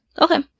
Okay